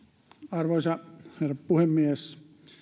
arvoisa herra puhemies